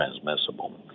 transmissible